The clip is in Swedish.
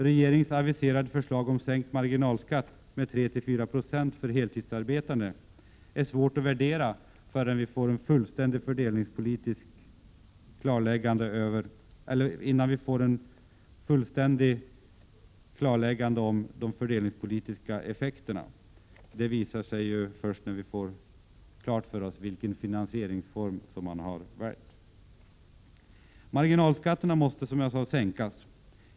Regeringens aviserade förslag om en sänkt marginalskatt med 34 96 för heltidsarbetande är svårt att värdera innan vi har fått ett fullständigt klarläggande av de fördelningspolitiska effekterna, och de visar sig först när vi får klart för oss vilken finansieringsform man har valt. Marginalskatten måste sänkas.